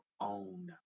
own